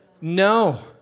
No